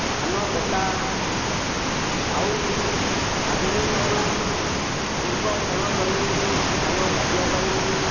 ଧାନ କଟା ଆହୁରି ଆଧୁନିକରଣ ଏକ ଭରଣ ଜମି ଧାନ କାଟିବା ପାଇଁ